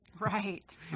Right